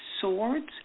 swords